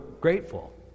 grateful